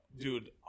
dude